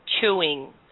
chewing